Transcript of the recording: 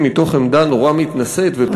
מתוך עמדה מאוד מתנשאת ופטרוניסטית,